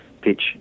pitch